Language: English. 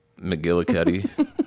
McGillicuddy